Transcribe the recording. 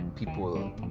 people